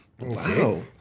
Wow